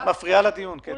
את מפריעה לדיון, קטי.